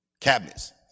Cabinets